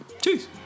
Cheers